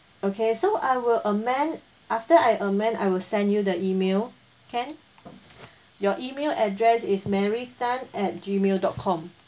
okay so I will amend after I amend I will send you the email can your email address is mary tan at gmail dot com